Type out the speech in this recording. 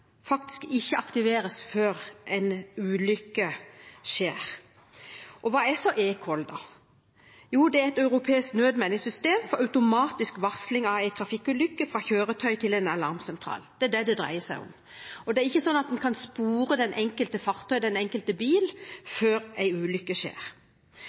faktisk ikke aktiveres før en ulykke skjer. Hva er så eCall? Jo, det er et europeisk nødmeldingssystem for automatisk varsling av en trafikkulykke fra kjøretøyet til en alarmsentral – det er det det dreier seg om. Det er ikke slik at en kan spore farta i den enkelte bil før en ulykke skjer.